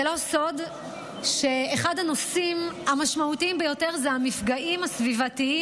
זה לא סוד שאחד הנושאים המשמעותיים ביותר זה המפגעים הסביבתיים